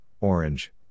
Orange